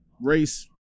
race